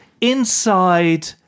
inside